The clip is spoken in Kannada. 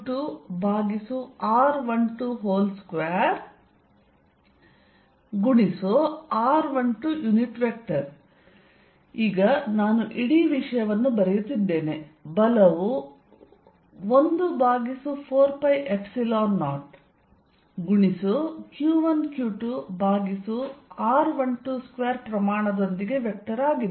F114π0q1q2r122r12 ಈಗ ನಾನು ಇಡೀ ವಿಷಯವನ್ನು ಬರೆಯುತ್ತಿದ್ದೇನೆ ಬಲವು 14π0 ಗುಣಿಸು q1q2 ಭಾಗಿಸು r122 ಪ್ರಮಾಣ ದೊಂದಿಗೆ ವೆಕ್ಟರ್ ಆಗಿದೆ